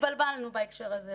התבלבלנו בהקשר הזה.